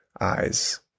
eyes